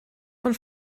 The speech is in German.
von